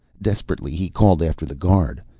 desperately he called after the guard.